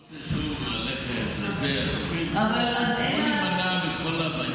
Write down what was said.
לא רצו שוב ללכת וזה, רצו להימנע מכל הבעיות.